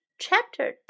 Chapter